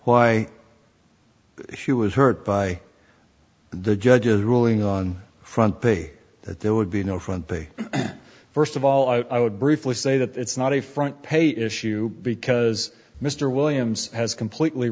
why she was hurt by the judge's ruling on front page that there would be no front page first of all i would briefly say that it's not a front page issue because mr williams has completely